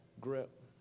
grip